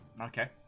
okay